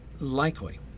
likely